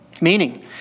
Meaning